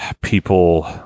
people